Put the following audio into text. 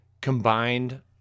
combined